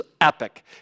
epic